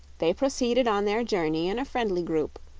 they proceeded on their journey in a friendly group,